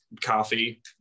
coffee